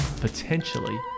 Potentially